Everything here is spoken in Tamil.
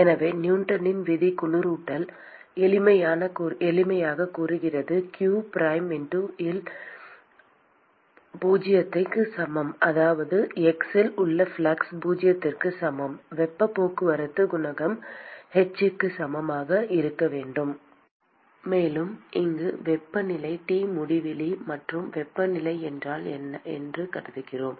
எனவே நியூட்டனின் விதி குளிரூட்டல் எளிமையாக கூறுகிறது q ப்ரைம் x இல் பூஜ்ஜியத்திற்கு சமம் அதாவது x இல் உள்ள ஃப்ளக்ஸ் பூஜ்ஜியத்திற்கு சமம் வெப்பப் போக்குவரத்து குணகம் h க்கு சமமாக இருக்க வேண்டும் மேலும் இங்கு வெப்பநிலை T முடிவிலி மற்றும் வெப்பநிலை என்றால் என்று கருதுகிறேன்